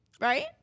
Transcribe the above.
right